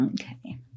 Okay